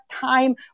time